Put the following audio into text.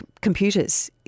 computers